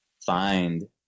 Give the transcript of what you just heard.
find